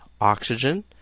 oxygen